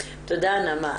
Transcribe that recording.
תודה נעמה.